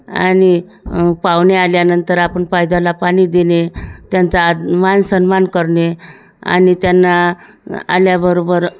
आणि पाहुणे आल्यानंतर आपण पायद्याला पाणी देणे त्यांचा आ मानसन्मान करणे आणि त्यांना आल्याबरोबर